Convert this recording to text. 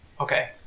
Okay